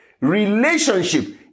Relationship